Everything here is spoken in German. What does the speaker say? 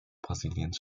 brasiliens